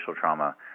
trauma